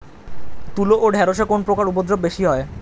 তুলো ও ঢেঁড়সে কোন পোকার উপদ্রব বেশি হয়?